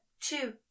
two